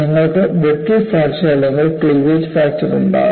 നിങ്ങൾക്ക് brittle fracture അല്ലെങ്കിൽ cleavage fracture ഉണ്ടാകാം